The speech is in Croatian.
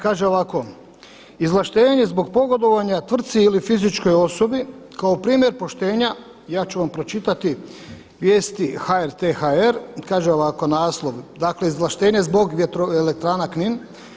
Kaže ovako, izvlaštenje zbog pogodovanja tvrtki ili fizičkoj osobi kao primjer poštenja, ja ću vam pročitati vijesti HRT.hr. kaže ovako, naslov, dakle izvlaštenje zbog vjetroelektrana Knin.